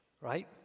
right